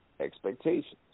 expectations